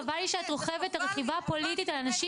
חבל לי שאת רוכבת רכיבה פוליטית על אנשים